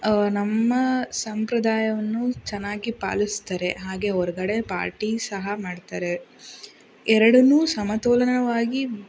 ನಮ್ಮ ಸಂಪ್ರದಾಯವನ್ನು ಚೆನ್ನಾಗಿ ಪಾಲಿಸ್ತಾರೆ ಹಾಗೆ ಹೊರಗಡೆ ಪಾರ್ಟಿ ಸಹ ಮಾಡ್ತಾರೆ ಎರಡನ್ನೂ ಸಮತೋಲನವಾಗಿ